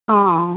ହଁ